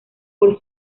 por